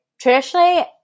traditionally